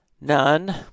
None